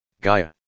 Gaia